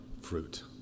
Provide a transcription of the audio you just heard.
fruit